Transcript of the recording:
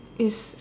is